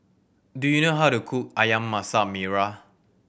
do you know how to cook Ayam Masak Merah